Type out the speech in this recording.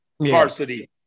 varsity